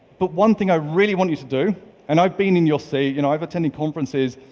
but one thing i really want you to do and i've been in your seat, you know, i've attended conferences.